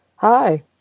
Hi